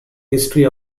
history